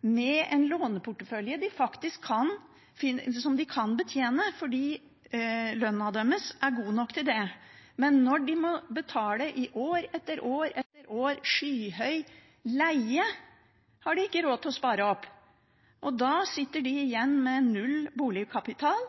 med en låneportefølje de kan betjene fordi lønna deres er god nok til det. Når de må betale skyhøy leie i år etter år etter år, har de ikke råd til å spare opp. Da sitter de igjen med null boligkapital